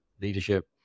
leadership